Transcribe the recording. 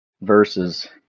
verses